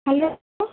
hello